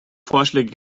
vorschläge